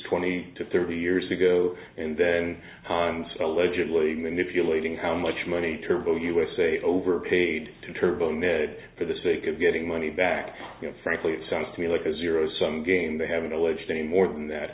twenty to thirty years ago and then times allegedly manipulating how much money turbo usa overpaid to turbo med for the sake of getting money back and frankly it sounds to me like a zero sum game they haven't alleged any more than that